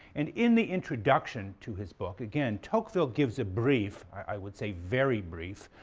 and in the introduction to his book, again, tocqueville gives a brief, i would say very brief,